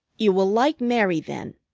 you will like mary, then,